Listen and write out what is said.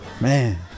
Man